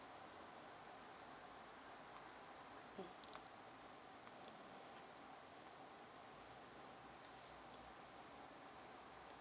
mm